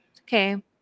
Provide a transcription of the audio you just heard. Okay